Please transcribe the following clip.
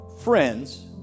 friends